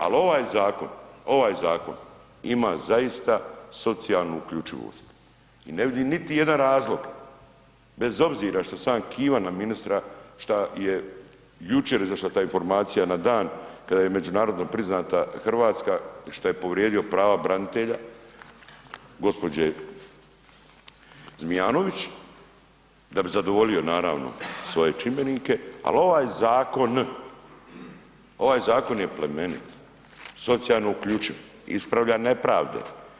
Ali ovaj zakon, ovaj zakon ima zaista socijalnu uključivost i ne vidim niti jedan razlog, bez obzira što sam ja kivan na ministra šta je jučer izašla ta informacija na dan kada je međunarodno priznata Hrvatska šta je povrijedio prava branitelja, gospođe Zmijanović da bi zadovoljio naravno svoje čimbenike, ali ovaj zakon, ovaj zakon je plemenit, socijalno uključiv, ispravlja nepravde.